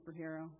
superhero